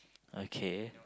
okay